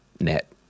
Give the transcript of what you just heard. net